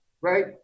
right